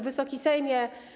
Wysoki Sejmie!